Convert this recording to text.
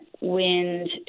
wind